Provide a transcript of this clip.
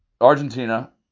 Argentina